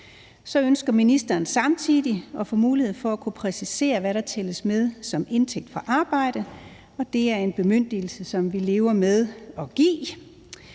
Ministeren ønsker samtidig at få mulighed for at kunne præcisere, hvad der tælles med som indtægt for arbejde, og det er en bemyndigelse, som vi lever med at give.